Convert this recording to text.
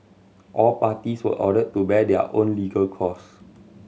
all parties were ordered to bear their own legal cost